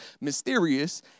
mysterious